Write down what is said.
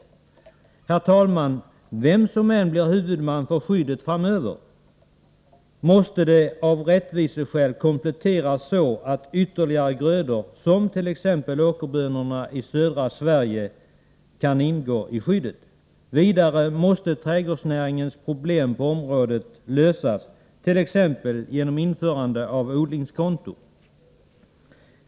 Herr talman! Oberoende av vem som blir huvudman för skyddet framöver måste det av rättviseskäl kompletteras så att ytterligare grödor, som t.ex. åkerbönorna i södra Sverige, kan omfattas av skyddet. Vidare måste trädgårdsnäringens problem på området lösas, t.ex. genom införande av odlingskonto.